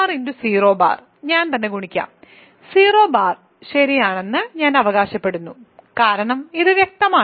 0 ഞാൻ തന്നെ ഗുണിക്കാം 0 ശരിയാണെന്ന് ഞാൻ അവകാശപ്പെടുന്നു കാരണം ഇത് വ്യക്തമാണ്